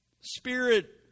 spirit